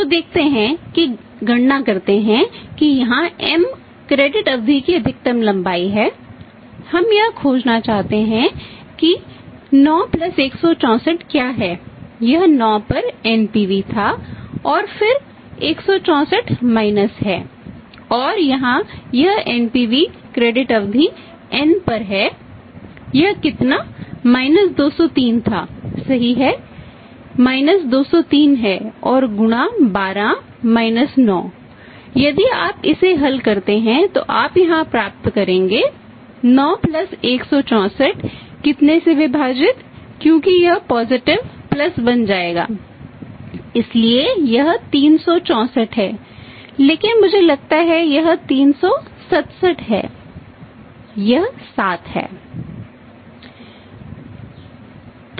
तो देखते हैं और गणना करते हैं कि यहां M क्रेडिट बन जाएगा इसलिए यह 364 है लेकिन मुझे लगता है कि यह 367 है यह 7 है